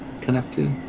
connected